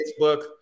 Facebook